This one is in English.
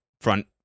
front